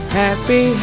happy